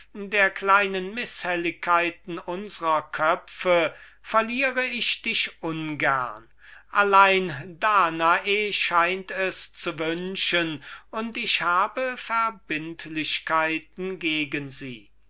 der kleinen mißhelligkeiten unsrer köpfe verlier ich dich ungern allein danae scheint es zu wünschen und ich habe verbindlichkeiten gegen sie